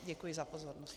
Děkuji za pozornost.